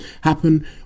happen